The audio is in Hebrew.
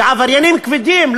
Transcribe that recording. בעבריינים כבדים,